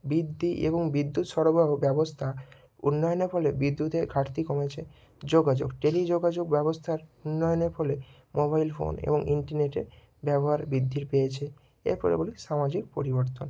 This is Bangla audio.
বৃদ্ধি এবং বিদ্যুৎ সরবরাহ ব্যবস্থা উন্নয়নের ফলে বিদ্যুতের ঘাটতি কমেছে যোগাযোগ টেলি যোগাযোগ ব্যবস্থার উন্নয়নের ফলে মোবাইল ফোন এবং ইন্টারনেটে ব্যবহার বৃদ্ধি পেয়েছে এরপরে বলি সামাজিক পরিবর্তন